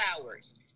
hours